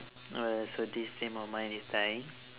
uh so this dream of mine is dying